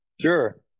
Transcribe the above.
Sure